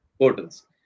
portals